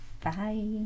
Bye